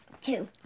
Two